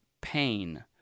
pain